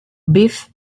biff